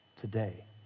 today